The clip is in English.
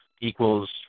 equals